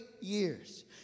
years